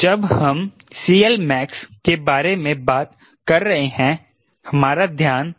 जब हम CLmax के बारे में बात कर रहे हैं हमारा ध्यान विंग की ओर केंद्रित हैं